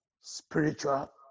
spiritual